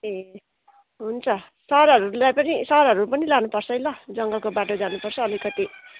ए हुन्छ सरहरूलाई पनि सरहरू पनि लानुपर्छ है ल जङ्गलको बाटो जानुपर्छ अलिकति